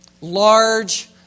large